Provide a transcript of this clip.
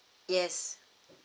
yes